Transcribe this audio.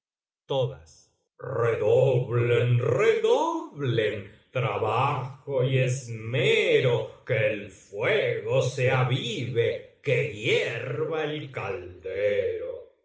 echar redoblen redoblen trabajo y esmero que el fuego se avive que hierva el caldero